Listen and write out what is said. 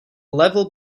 level